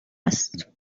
است